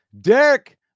Derek